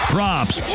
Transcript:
Props